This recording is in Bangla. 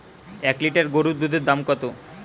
এক লিটার গোরুর দুধের দাম কত?